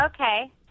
Okay